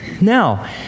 Now